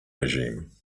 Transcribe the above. regime